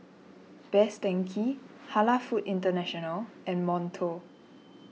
Best Denki Halal Foods International and Monto